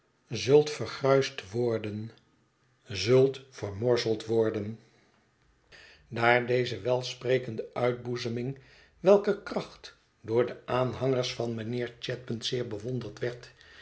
zult vergruisd worden zult vermorseld worden daar deze welsprekende uitboezeming welker kracht door de aanhangers van mijnheer chadband zeer bewonderd werd